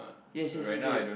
yes yes yes yes